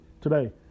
Today